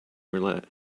roulette